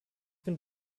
bin